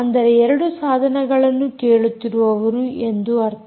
ಅಂದರೆ 2 ಸಾಧನಗಳನ್ನು ಕೇಳುತ್ತಿರುವವರು ಎಂದು ಅರ್ಥ